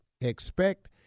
expect